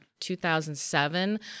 2007